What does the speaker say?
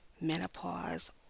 menopause